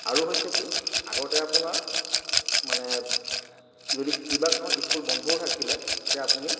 আৰু হৈছে কি আগতে আপোনাৰ মানে যদি কিবা কাৰণত স্কুল বন্ধও থাকিছিলে তেতিয়া আপুনি